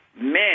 men